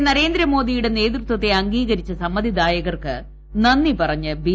ശ്രീ നരേന്ദ്രമോദിയുടെ നേതൃത്വത്തെ അംഗീകരിച്ച സമ്മതിദായകർക്ക് നന്ദി പറഞ്ഞ് ബി